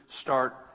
start